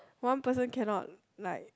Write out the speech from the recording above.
one person cannot like